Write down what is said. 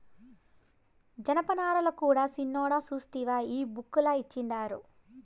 జనపనారల కూడా సిన్నోడా సూస్తివా ఈ బుక్ ల ఇచ్చిండారు